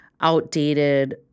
outdated